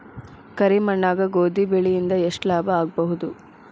ಕರಿ ಮಣ್ಣಾಗ ಗೋಧಿ ಬೆಳಿ ಇಂದ ಎಷ್ಟ ಲಾಭ ಆಗಬಹುದ?